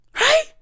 right